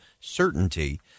certainty